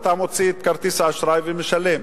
אתה מוציא את כרטיס האשראי ומשלם.